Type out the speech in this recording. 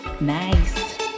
Nice